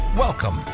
Welcome